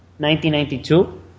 1992